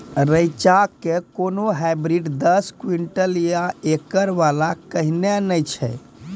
रेचा के कोनो हाइब्रिड दस क्विंटल या एकरऽ वाला कहिने नैय छै?